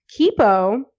kipo